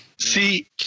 See